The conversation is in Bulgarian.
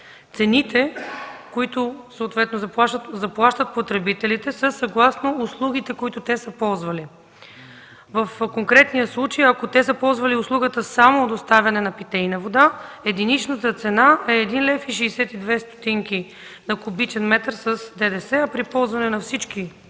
Цените, които съответно заплащат потребителите, са съгласно услугите, които те са ползвали. В конкретния случай, ако те са ползвали услугата само „доставяне на питейна вода”, единичната цена е 1,62 лв. на кубичен метър с ДДС, а при ползване на всички